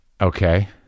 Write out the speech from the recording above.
Okay